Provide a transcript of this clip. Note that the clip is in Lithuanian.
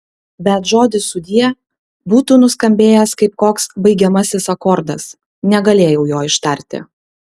bet žodis sudie būtų nuskambėjęs kaip koks baigiamasis akordas negalėjau jo ištarti